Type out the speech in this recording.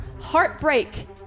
heartbreak